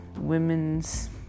women's